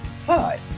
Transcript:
Hi